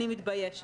אני מתביישת.